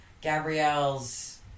Gabrielle's